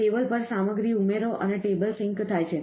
table પર સામગ્રી ઉમેરો અને ટેબલ સિંક થાય છે